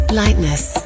lightness